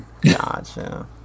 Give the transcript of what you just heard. Gotcha